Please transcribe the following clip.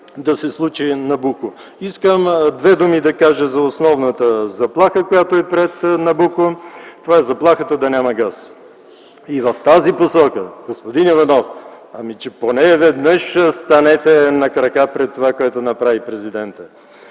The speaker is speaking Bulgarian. да се случи „Набуко”. Искам две думи да кажа за основната заплаха, която е пред „Набуко” – това е заплахата да няма газ. И в тази посока, господин Иванов, ами че поне веднъж станете на крака пред това, което направи президента,